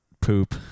poop